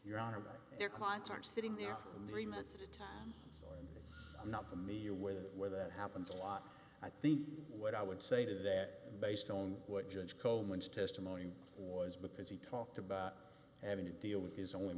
your honor their clients are sitting there three minutes at a time i'm not familiar with it where that happens a lot i think what i would say to that based on what judge coleman's testimony was because he talked about having to deal with his o